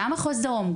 גם מחוז דרום,